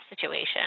situation